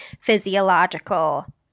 physiological